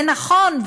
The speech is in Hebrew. ונכון,